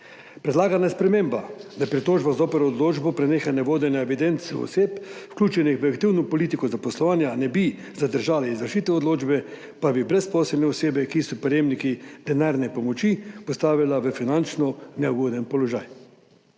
Predlagana sprememba, da pritožba zoper odločbo o prenehanju vodenja evidenc oseb, vključenih v aktivno politiko zaposlovanja, ne bi zadržala izvršitev odločbe, pa bi brezposelne osebe, ki so prejemniki denarne pomoči, postavila v finančno neugoden položaj.